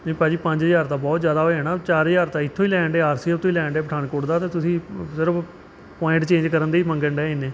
ਨਹੀਂ ਭਾਅ ਜੀ ਪੰਜ ਹਜ਼ਾਰ ਤਾਂ ਬਹੁਤ ਜ਼ਿਆਦਾ ਹੋ ਜਾਣਾ ਚਾਰ ਹਜ਼ਾਰ ਤਾਂ ਇੱਥੋਂ ਹੀ ਲੈਣ ਡੇ ਆਰ ਸੀ ਐਫ ਤੋਂ ਹੀ ਲੈਣ ਡੇ ਪਠਾਨਕੋਟ ਦਾ ਅਤੇ ਤੁਸੀਂ ਸਿਰਫ ਪੁਆਇੰਟ ਚੇਂਜ ਕਰਨ ਦੇ ਹੀ ਮੰਗਣ ਡਏ ਇੰਨੇ